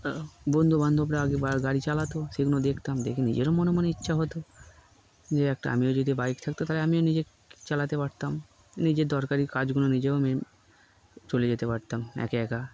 বন্ধু বান্ধবরা আগেবার গাড়ি চালাতো সেগুলো দেখতাম দেখে নিজেরও মনে মনে ইচ্ছা হতো যে একটা আমিও যদি বাইক থাকতো তাহলে আমিও নিজে চালাতে পারতাম নিজের দরকারি কাজগুলো নিজেও মি চলে যেতে পারতাম একা একা